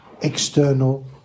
external